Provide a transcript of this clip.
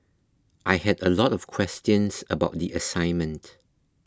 I had a lot of questions about the assignment